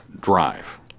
drive